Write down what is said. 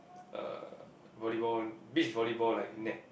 uh volleyball beach volleyball like net